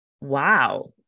wow